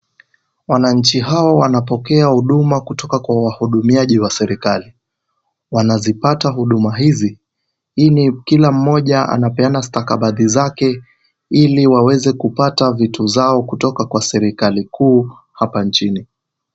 Wananchi hawa wanapokea huduma kutoka kwa wahudumiaji wa serikali. Wanazipata huduma hizi, kila mmoja anazipata stakabadhi zake, Ili waweze kupata vitu zao kutoka kwa serikali kuu hapa nchini.